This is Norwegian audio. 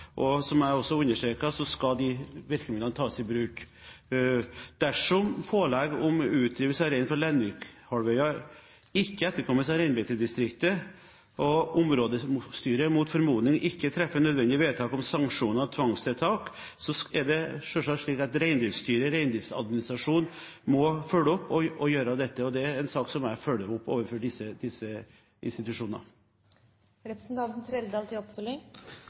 og områdestyret adekvate virkemidler som kan iverksettes og tas i bruk. Som jeg også understreket, skal disse virkemidlene tas i bruk. Dersom pålegg om utdrivelse av rein fra Lenvikhalvøya ikke etterkommes av reinbeitedistriktet, og områdestyret mot formodning ikke treffer nødvendige vedtak om sanksjoner og tvangstiltak, er det selvsagt slik at Reindriftsstyret/Reindriftsadministrasjonen må følge opp og gjøre dette. Det er en sak som jeg følger opp overfor disse